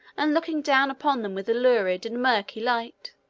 and looking down upon them with a lurid and murky light,